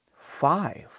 five